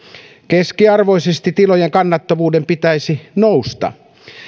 keskiarvoisesti tilojen kannattavuuden pitäisi nousta